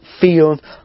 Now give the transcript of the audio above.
field